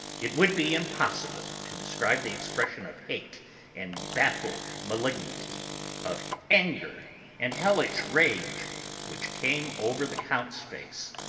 it would be impossible to describe the expression of hate and baffled malignity of anger and hellish rage which came over the count's face.